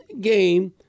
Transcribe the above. game